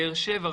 באר שבע,